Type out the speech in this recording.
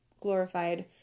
glorified